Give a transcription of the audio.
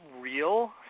real